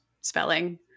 spelling